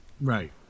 Right